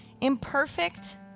imperfect